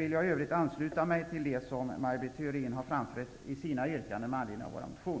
vill jag ansluta mig till det som Maj Britt Theorin har framfört i sina yrkanden med anledning av vår motion.